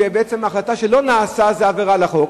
ובעצם ההחלטה שלא נעשה זו עבירה על החוק.